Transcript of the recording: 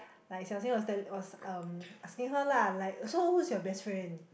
like Xiao-Xing was telling was um asking her lah like so who's your best friend